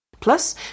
Plus